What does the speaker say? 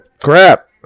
crap